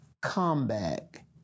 comeback